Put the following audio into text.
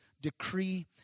decree